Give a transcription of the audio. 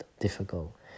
difficult